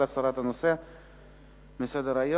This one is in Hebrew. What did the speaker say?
חברי חברי הכנסת, חבר הכנסת אילטוב